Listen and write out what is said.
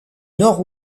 nord